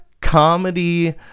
comedy